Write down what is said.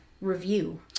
review